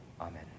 Amen